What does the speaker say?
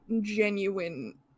genuine